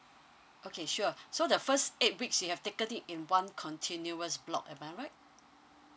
okay sure so the first eight weeks you have taken it in one continuous block am I right